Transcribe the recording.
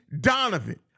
Donovan